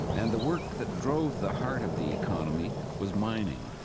and the work that drove the heart of the economy was mining.